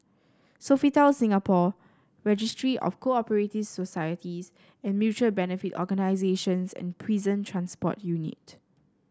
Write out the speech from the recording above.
Sofitel Singapore Registry of Co operative Societies and Mutual Benefit Organisations and Prison Transport Unit